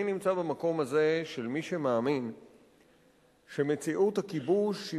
אני נמצא במקום הזה של מי שמאמין שמציאות הכיבוש היא